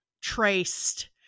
traced